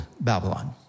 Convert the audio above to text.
Babylon